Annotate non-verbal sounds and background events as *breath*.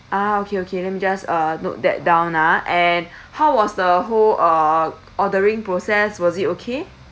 ah okay okay let me just uh note that down ah and *breath* how was the whole uh ordering process was it okay